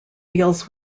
deals